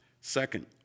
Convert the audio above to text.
Second